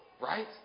Right